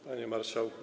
Panie Marszałku!